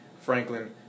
Franklin